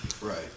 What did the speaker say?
right